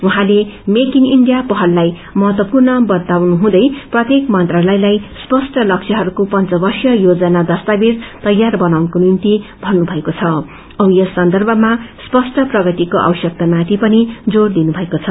उहाँले make in India पहललाई महत्वपूर्ण वताउँनु हुँदै प्रत्येक मन्त्रालयलाई स्पष्ट लक्ष्यहरूको पंच वर्षीय योजना दस्तावेज तयार बनाउनको निम्ति भव्रुमएको छ औ यस सन्दर्भमा स्पष्ट प्रगतिको आवश्यकता माथि पनि जोड़ दिनु भएको छ